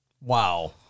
Wow